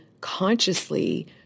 consciously